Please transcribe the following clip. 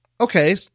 Okay